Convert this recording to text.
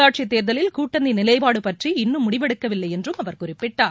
உள்ளாட்சித் தேர்லில் கூட்டணி நிலைப்பாடு பற்றி இன்னும் முடிவு எடுக்கவில்லை என்றும் அவர் குறிப்பிட்டார்